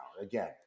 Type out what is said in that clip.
again